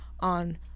on